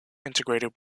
integrated